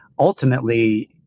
ultimately